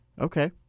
Okay